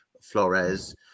Flores